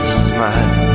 smile